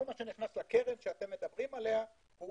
כל מה שנכנס לקרן שאתם מדברים עליה, הוא